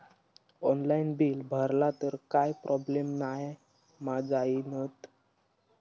Online bill भरला तर काय प्रोब्लेम नाय मा जाईनत?